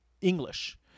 English